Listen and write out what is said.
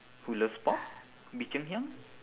who loves pork bee cheng hiang